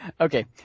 Okay